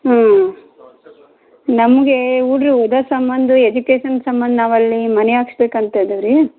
ಹ್ಞೂ ನಮಗೆ ಹುಡುಗಿ ಓದೋ ಸಂಬಂಧ ಎಜುಕೇಶನ್ ಸಂಬಂಧ ನಾವು ಅಲ್ಲಿ ಮನೆ ಹಾಕ್ಸ್ಬೇಕಂತ ಇದೀವಿ ರೀ